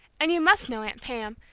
and you must know aunt pam.